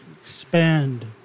expand